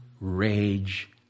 rage